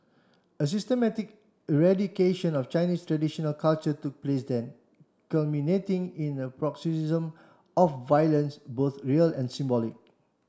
a systematic eradication of Chinese traditional culture took place then culminating in a paroxysm of violence both real and symbolic